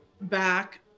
back